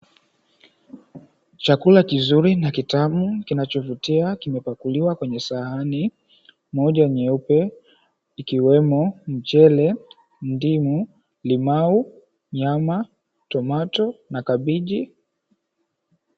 Chakula kizuri na kitamu kilichopikwa kimepakuliwa kwenye sahani moja nyeupe ikiwemo mchele, ndimu, limau, nyama, tomato na na kabeji.